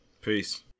peace